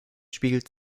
spiegelt